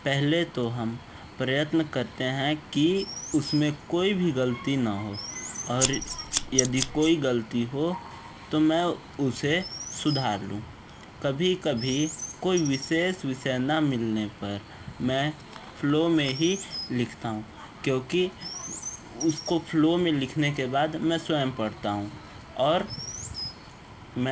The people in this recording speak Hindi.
पहले तो हम प्रयत्न करते हैं कि उसमें कोई भी गलती ना हो और यदि कोई गलती हो तो मैं उसे सुधार लूं कभी कभी कोई विशेष विषय ना मिलने पर मैं फ्लो में ही लिखता हूँ क्योंकि उसको फ्लो में लिखने के बाद मैं स्वयं पढ़ता हूँ और मैं